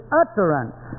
utterance